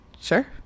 Sure